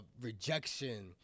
Rejection